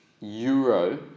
euro